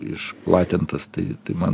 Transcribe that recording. išplatintas tai tai man